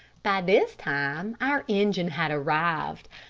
by this time our engine had arrived.